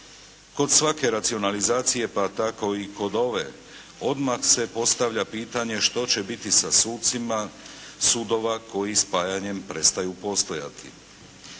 Kod svake racionalizacije pa tako i kod ove odmah se postavlja pitanje što će biti sa sucima sudova koji spajanjem prestaju postojati.